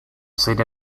serie